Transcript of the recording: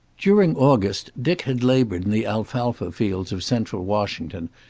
during august dick had labored in the alfalfa fields of central washington,